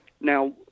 Now